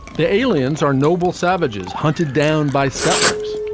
the aliens are noble savages, hunted down by settlers,